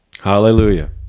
Hallelujah